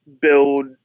build